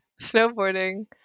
Snowboarding